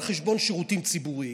על חשבון שירותים ציבוריים,